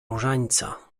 różańca